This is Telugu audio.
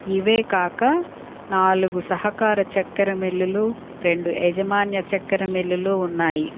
ఇవేకాక నాలుగు సహకార చక్కెర మిల్లులు రెండు యజమాన్య చెక్కర మిల్లులు ఉన్నాయి